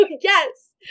Yes